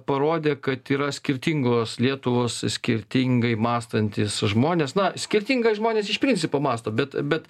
parodė kad yra skirtingos lietuvos skirtingai mąstantys žmonės na skirtingai žmonės iš principo mąsto bet bet